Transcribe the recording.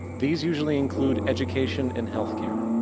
these usually include education and healthcare,